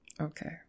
okay